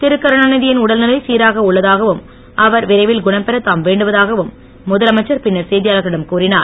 திருகருணாநிதி யின் உடல்நிலை சீராக உள்ளதாகவும் அவர் விரைவில் குணம்பெற தாம் வேண்டுவதாகவும் முதலமைச்சர் பின்னர் செய்தியாளர்களிடம் கூறிஞர்